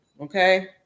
Okay